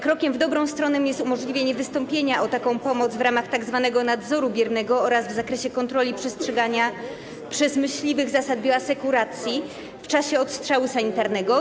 Krokiem w dobrą stroną jest umożliwienie wystąpienia o taką pomoc w ramach tzw. nadzoru biernego oraz w zakresie kontroli przestrzegania przez myśliwych zasad bioasekuracji w czasie odstrzału sanitarnego.